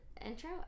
Intro